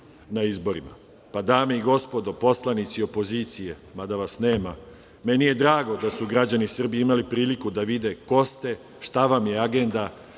i gospodo narodni poslanici opozicije, mada vas nema, meni je drago da su građani Srbije imali priliku da vide ko ste, šta vam je agenda